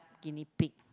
guinea pig